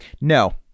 no